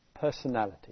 personality